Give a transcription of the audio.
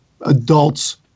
adults